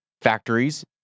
factories